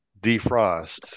defrost